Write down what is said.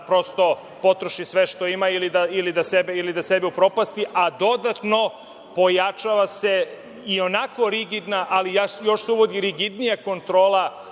da potroši sve što ima ili da sebe upropasti. Dodatno se pojačava i onako rigidna, ali još se uvodi rigidnija kontrola